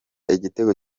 igitego